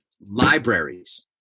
libraries